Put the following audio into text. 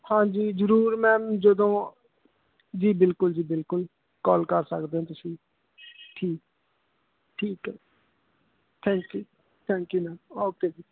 ਹਾਂਜੀ ਜ਼ਰੂਰ ਮੈਮ ਜਦੋਂ ਜੀ ਬਿਲਕੁਲ ਜੀ ਬਿਲਕੁਲ ਕੋਲ ਕਰ ਸਕਦੇ ਹੋ ਤੁਸੀਂ ਠੀਕ ਠੀਕ ਹੈ ਥੈਂਕਿਊ ਥੈਂਕਿਊ ਮੈਮ ਓਕੇ ਜੀ